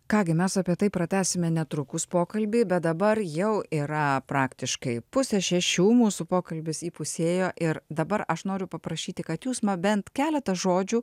ką gi mes apie tai pratęsime netrukus pokalbį bet dabar jau yra praktiškai pusę šešių mūsų pokalbis įpusėjo ir dabar aš noriu paprašyti kad jūs man bent keletą žodžių